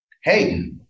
Hey